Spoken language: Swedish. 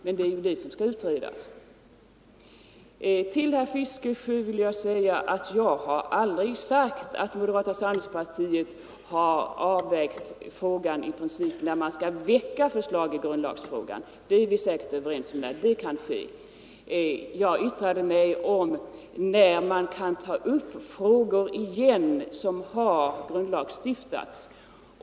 Men det är ju just det som skall utredas. Sedan har jag aldrig sagt, herr Fiskesjö, att vi i moderata samlingspartiet i princip har diskuterat när man skall väcka förslag i grundlagsfrågor. Vi är säkert helt överens om när det kan ske. Nej, jag yttrar mig om när man kan ta upp frågor igen som har grundlagsstiftats.